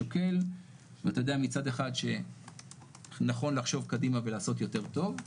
שוקל ואתה יודע מצד אחד שנכון לחשוב קדימה ולעשות יותר טוב,